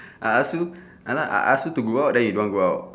I ask you !hanna! I ask you to go out then you don't want go out